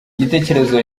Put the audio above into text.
igitekerezo